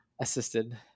Assisted